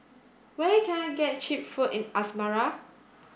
where can I get cheap food in Asmara